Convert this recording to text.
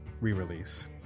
re-release